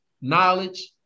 knowledge